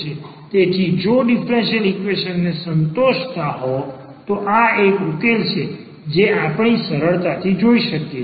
તેથી જો તમે ડીફરન્સીયલ ઈક્વેશન ને સંતોષતા હો તો તે એક ઉકેલ છે જે આપણે સરળતાથી જોઈ શકીએ